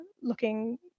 looking